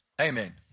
Amen